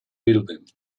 building